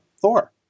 Thor